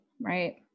right